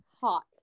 hot